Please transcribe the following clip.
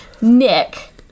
Nick